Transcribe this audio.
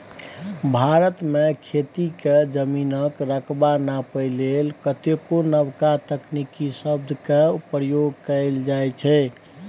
भारत मे खेती केर जमीनक रकबा नापइ लेल कतेको नबका तकनीकी शब्द सब केर प्रयोग कएल जाइ छै